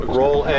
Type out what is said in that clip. roll